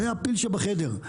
הפיל שבחדר,